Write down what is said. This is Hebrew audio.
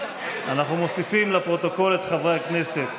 אנחנו מוסיפים לפרוטוקול את חברי הכנסת